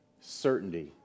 certainty